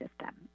system